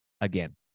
again